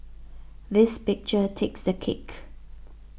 this picture takes the cake